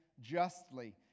justly